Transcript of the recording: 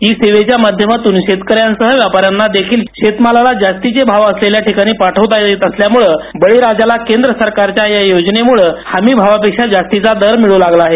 इ नाम सेवेच्या माध्यमातून शेतकऱ्यांसह व्यापाऱ्यांना देखील शेतमाला जास्तीचे भाव असलेल्या ठिकाणी पाठवता येत असल्यामुळे बळीराजाला केंद्र सरकारच्या या योजनेमुळे हमी भावापेक्षाही जास्तीचा दर मिळू लागला आहे